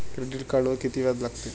Credit कार्डवर किती व्याज लागते?